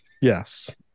Yes